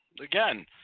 again